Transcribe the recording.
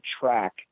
track